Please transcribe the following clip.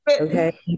Okay